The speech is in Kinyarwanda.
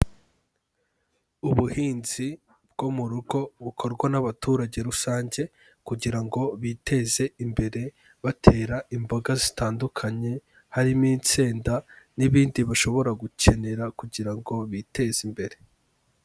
Ubuhinzi bwo mu rugo bukorwa n'abaturage rusange kugira ngo biteze imbere batera imboga zitandukanye harimo, insenda n'ibindi bashobora gukenera kugira ngo biteze imbere.